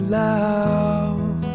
loud